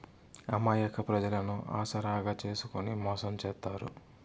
అమాయక ప్రజలను ఆసరాగా చేసుకుని మోసం చేత్తారు